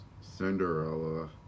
Cinderella